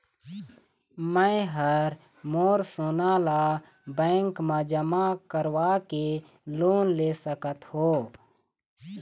मैं हर मोर सोना ला बैंक म जमा करवाके लोन ले सकत हो?